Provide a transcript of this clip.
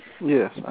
Yes